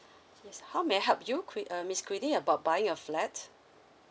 how may I help you queen uh miss queenie about buying a flat